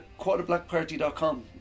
quarterblackparty.com